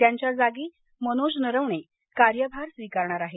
त्यांच्या जागी मनोज नरवणे कार्यभार स्वीकारणार आहेत